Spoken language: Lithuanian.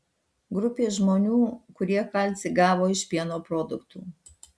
grupė žmonių kurie kalcį gavo iš pieno produktų